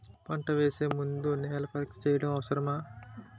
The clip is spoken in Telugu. పంట వేసే ముందు నేల పరీక్ష చేయటం అవసరమా?